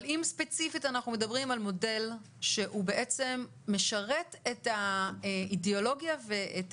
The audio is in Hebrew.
אבל אם ספציפית אנחנו מדברים על מודל שהוא בעצם משרת את האידיאולוגיה ואת